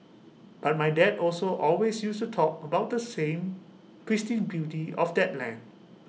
but my dad also always used to talk about the same pristine beauty of that land